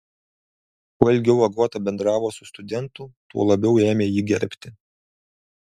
kuo ilgiau agota bendravo su studentu tuo labiau ėmė jį gerbti